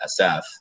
SF